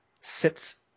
sits